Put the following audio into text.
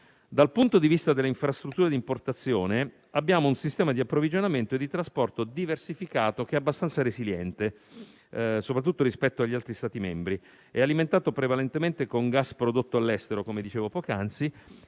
Dal punto di vista delle infrastrutture di importazione, abbiamo un sistema di approvvigionamento e di trasporto diversificato che è abbastanza resiliente, soprattutto rispetto agli altri Stati membri, ed è alimentato prevalentemente con gas prodotto all'estero, come dicevo poc'anzi,